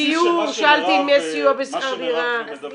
דיור, שאלתי אם יש סיוע בשכר דירה.